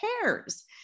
cares